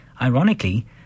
Ironically